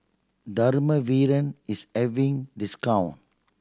dermaveen is having discount